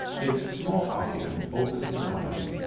its small occupant opened his eyes,